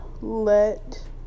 let